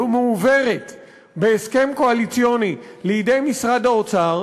ומועברת בהסכם קואליציוני לידי משרד האוצר,